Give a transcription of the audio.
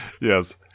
Yes